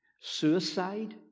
suicide